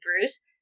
Bruce